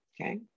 okay